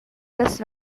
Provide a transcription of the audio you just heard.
las